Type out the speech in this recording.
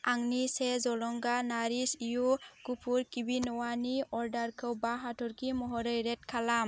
आंनि से जलंगा नारिश यु गुफुर क्विन'आनि अर्डारखौ बा हाथरखि महरै रेट खालाम